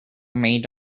made